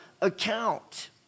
account